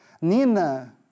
Nina